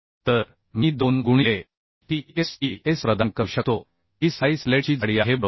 तर मी 2 गुणिले t s t s प्रदान करू शकतो ही स्लाईस प्लेटची जाडी आहे बरोबर